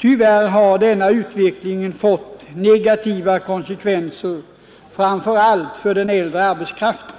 Tyvärr har denna utveckling fått negativa konsekvenser, Tisdagen den framför allt för den äldre arbetskraften.